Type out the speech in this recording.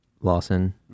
Lawson